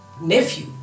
nephew